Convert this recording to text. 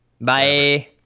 Bye